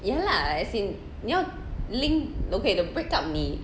ya lah as in 你要 link ok the breakdown 你